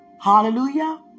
Hallelujah